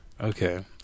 Okay